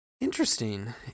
Interesting